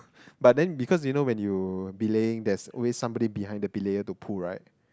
but then because you know when you belaying there's always somebody behind the belayer to pull right